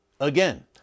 Again